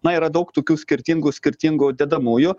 na yra daug tokių skirtingų skirtingų dedamųjų